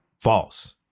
false